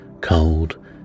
cold